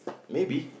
maybe